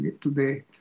today